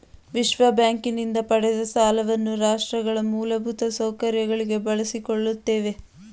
ವಿಶ್ವಬ್ಯಾಂಕಿನಿಂದ ಪಡೆದ ಸಾಲವನ್ನ ರಾಷ್ಟ್ರಗಳ ಮೂಲಭೂತ ಸೌಕರ್ಯಗಳಿಗೆ ಬಳಸಿಕೊಳ್ಳುತ್ತೇವೆ